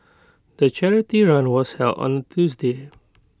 the charity run was held on Tuesday